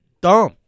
dumb